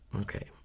Okay